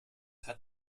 hat